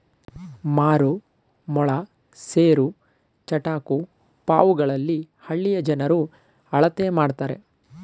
ಮಾರು, ಮೊಳ, ಸೇರು, ಚಟಾಕು ಪಾವುಗಳಲ್ಲಿ ಹಳ್ಳಿಯ ಜನರು ಅಳತೆ ಮಾಡ್ತರೆ